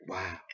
Wow